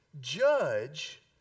judge